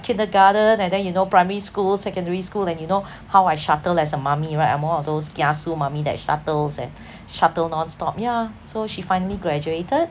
kindergarten and then you know primary school secondary school and you know how I shuttle as a mummy right I'm one of those kiasu mummy that shuttles and shuttle nonstop yeah so she finally graduated